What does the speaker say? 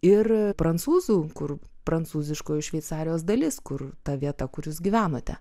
ir prancūzų kur prancūziškoji šveicarijos dalis kur ta vieta kur jūs gyvenote